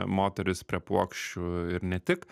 moterys prie puokščių ir ne tik